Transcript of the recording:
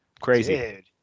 crazy